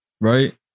right